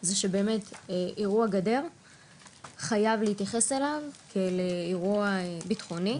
זה שבאמת אירוע גדר חייבים להתייחס אליו כאירוע ביטחוני.